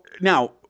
now